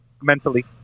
mentally